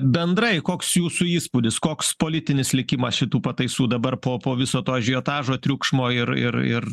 bendrai koks jūsų įspūdis koks politinis likimas šitų pataisų dabar po po viso to ažiotažo triukšmo ir ir ir